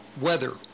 weather